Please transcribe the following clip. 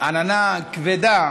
עננה כבדה